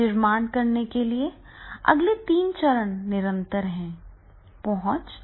निर्माण करने के लिए अगले तीन चरण निरंतर हैं पहुंच और विभाजक